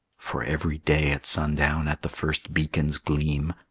for every day at sundown, at the first beacon's gleam,